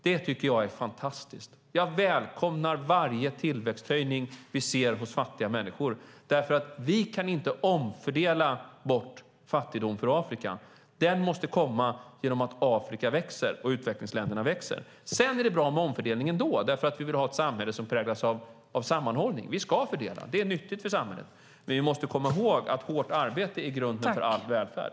Det tycker jag är fantastiskt. Jag välkomnar varje tillväxthöjning vi ser hos fattiga människor. Vi kan inte omfördela bort fattigdomen i Afrika. Det måste ske genom att Afrika och utvecklingsländerna växer. Sedan är det bra med omfördelning ändå eftersom vi vill ha ett samhälle som präglas av sammanhållning. Vi ska fördela. Det är nyttigt för samhället. Men vi måste komma ihåg att hårt arbete är grunden för all välfärd.